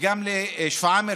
וגם לשפרעם,